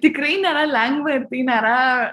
tai tikrai nėra lengva ir tai nėra